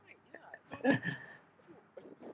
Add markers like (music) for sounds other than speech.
(laughs)